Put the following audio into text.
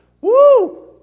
woo